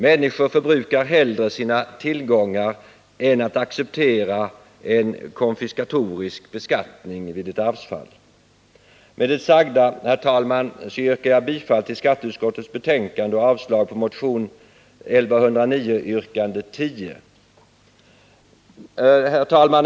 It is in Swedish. Människor förbrukar hellre sina tillgångar än accepterar en konfiskatorisk beskattning vid ett arvsfall. Med det sagda, herr talman, yrkar jag bifall till skatteutskottets hemställan och avslag på motionen 1109, yrkande 10. Herr talman!